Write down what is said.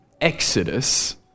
Exodus